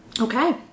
Okay